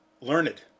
learned